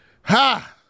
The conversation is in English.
ha